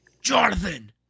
Jonathan